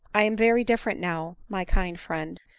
i am very different now, my kind friend,